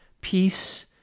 peace